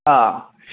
हा